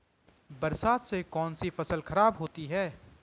बरसात से कौन सी फसल खराब होती है?